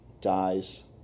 dies